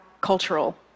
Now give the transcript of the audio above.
cultural